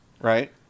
right